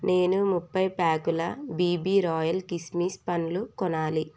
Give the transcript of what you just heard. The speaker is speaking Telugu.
నేను ముప్పై ప్యాకుల బీబీ రాయల్ కిస్మిస్ పండ్లు కొనాలి